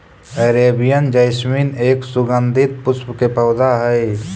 Arabian jasmine एक सुगंधित पुष्प के पौधा हई